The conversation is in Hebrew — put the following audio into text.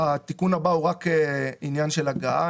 התיקון הבא הוא רק עניין של הגהה,